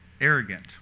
arrogant